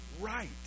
right